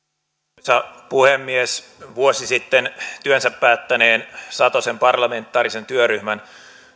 arvoisa puhemies vuosi sitten työnsä päättäneen satosen parlamentaarisen työryhmän